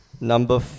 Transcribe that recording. Number